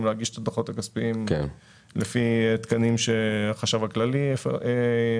להגיש את הדוחות הכספיים לפי תקנים שהחשב הכללי קבע.